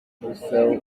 gusa